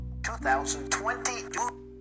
2020